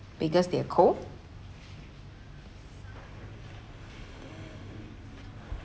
because they're cold